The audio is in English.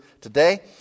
today